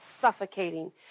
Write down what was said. suffocating